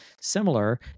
similar